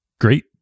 great